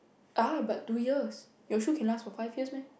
ah but two years you sure can last for five years meh